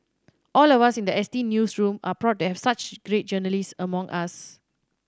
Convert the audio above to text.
all of us in the S T newsroom are proud to have such great journalists among us